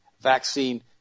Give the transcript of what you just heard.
vaccine